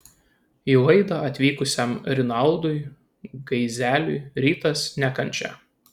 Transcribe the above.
į laidą atvykusiam rinaldui gaizeliui rytas ne kančia